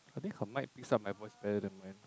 I think her mic picks up my voice better than mine